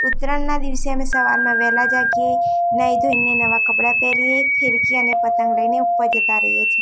ઉત્તરાયણના દિવસે અમે સવારમાં વહેલા જાગીએ નાહી ધોઈને નવાં કપડાં પહેરીએ ફીરકી અને પતંગ લઈને ઉપર જતા રહીએ છીએ